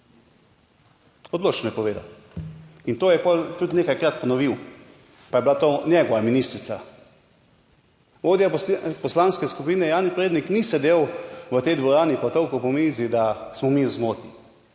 Odločno je povedal in to je potem tudi nekajkrat ponovil, pa je bila to njegova ministrica. Vodja poslanske skupine Jani Prednik ni sedel v tej dvorani, pa tolkel po mizi, da smo mi v zmoti,